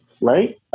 right